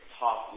talk